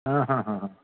हा हा हा हा